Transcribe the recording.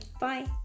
bye